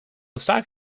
stock